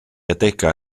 adegau